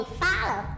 follow